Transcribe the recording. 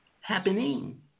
happening